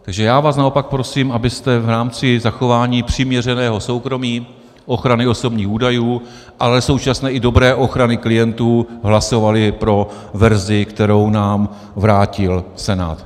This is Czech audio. Takže já vás naopak prosím, abyste v rámci zachování přiměřeného soukromí, ochrany osobních údajů, ale současně i dobré ochrany klientů hlasovali pro verzi, kterou nám vrátil Senát.